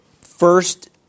first